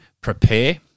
prepare